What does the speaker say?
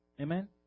Amen